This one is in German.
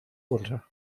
runter